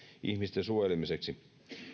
ihmisten suojelemiseksi